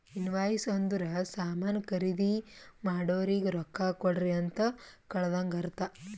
invoice ಅಂದುರ್ ಸಾಮಾನ್ ಖರ್ದಿ ಮಾಡೋರಿಗ ರೊಕ್ಕಾ ಕೊಡ್ರಿ ಅಂತ್ ಕಳದಂಗ ಅರ್ಥ